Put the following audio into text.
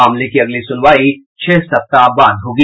मामले की अगली सुनवाई छह सप्ताह बाद होगी